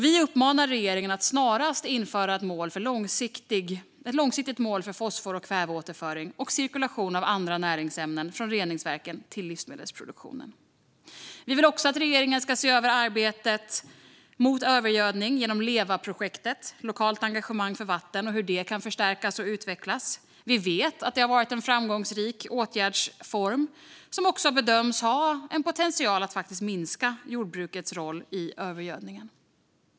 Vi uppmanar regeringen att snarast införa ett långsiktigt mål för återföring av fosfor och kväve och cirkulation av andra näringsämnen från reningsverken till livsmedelsproduktionen. Vi vill också att regeringen ska se över arbetet mot övergödning genom projektet LEVA, Lokalt engagemang för vatten, och hur det kan förstärkas och utvecklas. Vi vet att det har varit en framgångsrik åtgärdsform som också bedöms ha potential att minska jordbrukets roll i övergödningen.